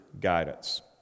guidance